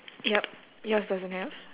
yup yours doesn't have